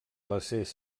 les